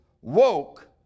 woke